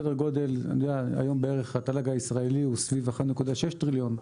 היום בערך התל"ג הישראלי הוא סביב 1.6 טריליון,